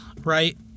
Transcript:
right